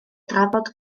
drafod